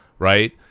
Right